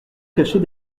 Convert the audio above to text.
cachée